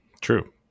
True